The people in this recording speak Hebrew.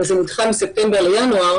וזה נדחה מספטמבר לינואר,